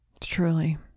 Truly